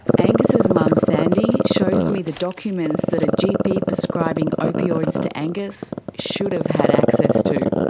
angus's mum sandy shows me the documents that a gp prescribing opioids to angus should have had access to,